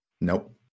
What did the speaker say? Nope